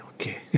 Okay